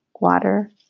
water